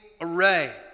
array